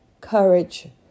courage